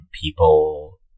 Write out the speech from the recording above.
people